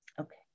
Okay